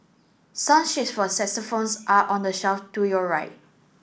song sheets for saxophones are on the shelf to your right